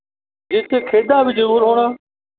ਜਿੱਥੇ ਖੇਡਾਂ ਵੀ ਜ਼ਰੂਰ ਹੋਣ